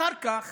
אחר כך